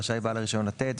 שרשאי בעל הרישיון לתת,